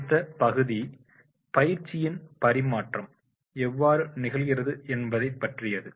அடுத்த பகுதி பயிற்சியின் பரிமாற்றம் எவ்வாறு நிகழ்கிறது என்பதை பற்றியது